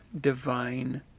divine